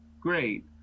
great